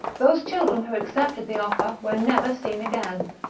those children who accepted the pflfer were never seen again.